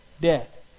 death